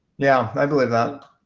yeah, i believe that.